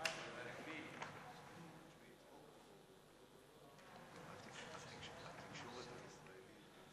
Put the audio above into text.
זו פעם ראשונה שאתה מביא ספר כזה.